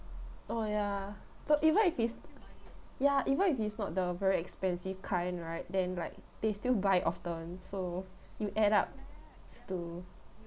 oh ya so even if it's ya even if is not the very expensive kind right then like they still buy often so you add up s~ to